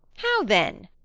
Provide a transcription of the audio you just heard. how then?